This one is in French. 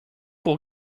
pour